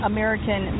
American